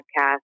podcast